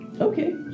Okay